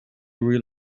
real